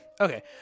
Okay